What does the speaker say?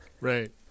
right